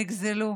שנגזלו,